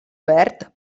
verd